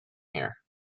here